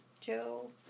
Joe